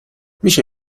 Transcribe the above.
میشه